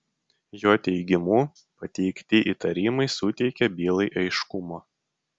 jo teigimu pateikti įtarimai suteikia bylai aiškumo